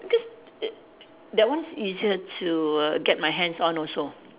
because the that one is easier to err get my hands on also